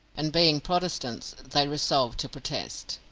and, being protestants, they resolved to protest.